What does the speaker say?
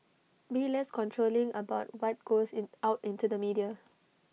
be less controlling about what goes in out into the media